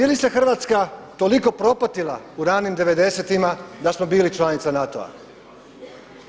Bi li se Hrvatska toliko propatila u ranim devedesetima da smo bili članica NATO-a.